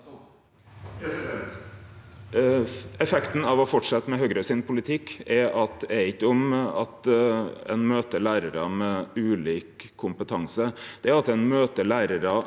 Effekten av å fortsetje med Høgre sin politikk er ikkje at ein møter lærarar med ulik kompetanse, det er at ein møter lærarar